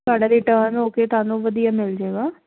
ਤੁਹਾਡਾ ਰਿਟਰਨ ਹੋ ਕੇ ਤੁਹਾਨੂੰ ਵਧੀਆ ਮਿਲਜੇਗਾ